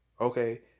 okay